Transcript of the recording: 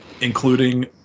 including